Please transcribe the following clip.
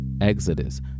exodus